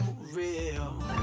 real